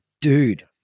dude